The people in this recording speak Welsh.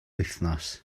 wythnos